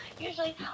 usually